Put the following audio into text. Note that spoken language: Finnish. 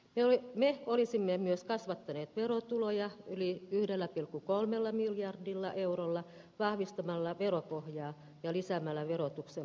ellei me olisimme myös kasvattaneet verotuloja yli yhdellä pilkku kolmella miljardilla eurolla vahvistamalla veropohjaa ja lisäämällä verotuksen